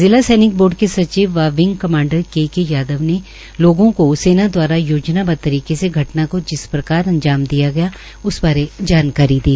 जिला सैनिक बोर्ड के सिचव व wing commander K K Yadav ने लोगों को सेना द्वारा योजनाबद्ध तरीके से घटना को जिस प्रकार अंजाम दिया गया उस बारे जानकारी दी